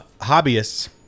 hobbyists